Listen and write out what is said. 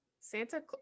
santa